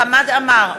בעד חמד עמאר,